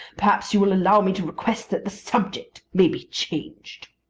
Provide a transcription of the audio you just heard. perhaps you will allow me to request that the subject may be changed.